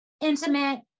intimate